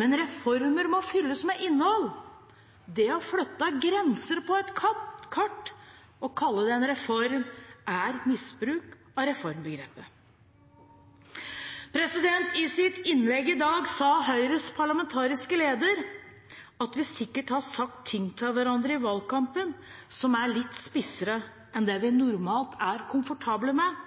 Men reformer må fylles med innhold. Det å flytte grenser på et kart og kalle det en reform er misbruk av reformbegrepet. I sitt innlegg i dag sa Høyres parlamentariske leder at vi sikkert har sagt ting til hverandre i valgkampen som er litt spissere enn det vi normalt er komfortable med.